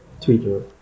Twitter